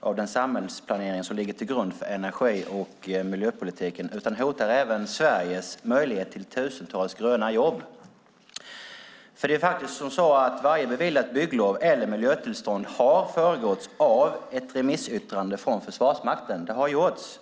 av den samhällsplanering som ligger till grund för energi och miljöpolitiken utan hotar även Sveriges möjlighet till tusentals gröna jobb. Varje beviljat bygglov eller miljötillstånd har föregåtts av ett remissyttrande från Försvarsmakten. Det har gjorts.